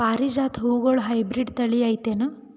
ಪಾರಿಜಾತ ಹೂವುಗಳ ಹೈಬ್ರಿಡ್ ಥಳಿ ಐತೇನು?